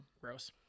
Gross